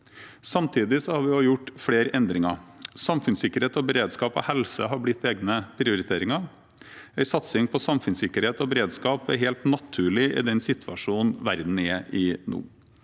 Samtidig har vi gjort flere endringer. Samfunnssikkerhet og beredskap og helse har blitt egne prioriteringer. En satsing på samfunnssikkerhet og beredskap er helt naturlig i den situasjonen verden er i nå.